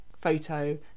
photo